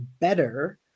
better